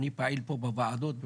אני פעיל פה בוועדות.